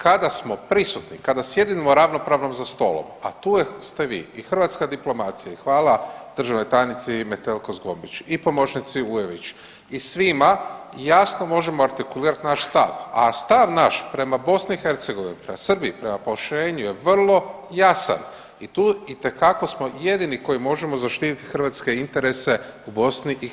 Kada smo prisutni, kada sjedimo ravnopravno za stolom a tu ste vi i hrvatska diplomacija i hvala državnoj tajnici Metelko-Zgombić i pomoćnici Ujević i svima jasno možemo artikulirati naš stav, a stav naš prema Bosni i Hercegovini, prema Srbiji, prema … je vrlo jasan i tu itekako smo jedini koji možemo zaštititi hrvatske interese u BiH.